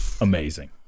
amazing